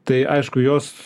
tai aišku jos